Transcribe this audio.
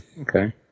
okay